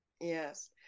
yes